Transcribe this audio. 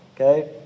Okay